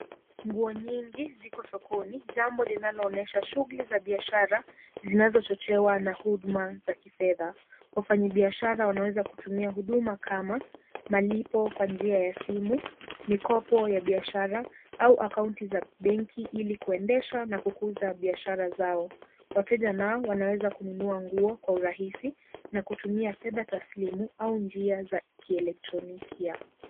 Nguo nyingi ziko sokoni jambo linaloonyesha shughli za biashara zinazochochewa na huduma za kifedha. Wafanyibiashara wanaweza kutumia huduma kama malipo kwa njia ya simu, mikopo ya biashara au akaunti za benki ili kuendesha na kukuza biashara zao. Wateja nao wanaweza kunuua nguo kwa urahisi na kutumia fedha taslimu au njia za kielektroniki ya.